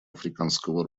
африканского